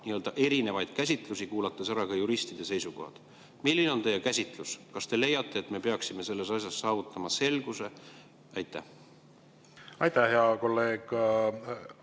nii-öelda erinevaid käsitlusi, kuulates ära ka juristide seisukohad. Milline on teie käsitlus? Kas te leiate, et me peaksime selles asjas saavutama selguse? Aitäh, hea kolleeg!